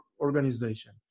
organization